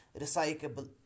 recyclable